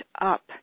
up